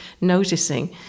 noticing